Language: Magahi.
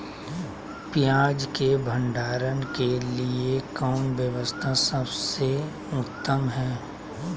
पियाज़ के भंडारण के लिए कौन व्यवस्था सबसे उत्तम है?